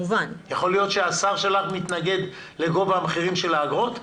יכול להיות שהשר שלך מתנגד לגובה המחירים של האגרות?